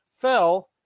fell